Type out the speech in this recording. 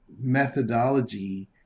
methodology